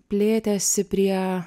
plėtėsi prie